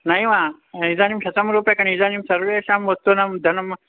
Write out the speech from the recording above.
नैव इदानीं शतं रूप्यकाणि इदानीं सर्वेषां वस्तूनां धनम्